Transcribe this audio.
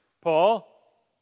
Paul